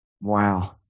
Wow